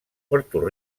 puerto